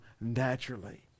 naturally